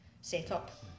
setup